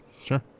Sure